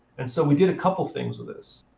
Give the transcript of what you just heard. and so we did a couple of things with this.